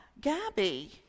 Gabby